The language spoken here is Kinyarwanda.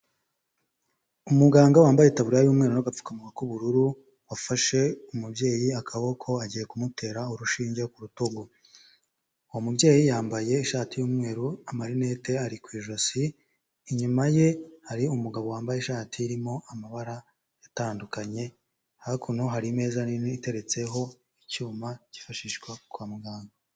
Umuganga wambaye itaburiya y'umweru n'agapfukamunwa k'ubururu wafashe umubyeyi akaboko agiye kumutera urushinge ku rutugu. Uwo mubyeyi yambaye ishati y'umweru, amarinete ari ku ijosi. Inyuma ye hari umugabo wambaye ishati irimo amabara atandukanye. Hakuno hari imeza nini iteretseho icyuma cyifashishwa kwa muganga.